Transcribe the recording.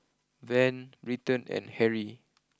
Van Britton and Harry